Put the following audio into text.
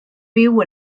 byw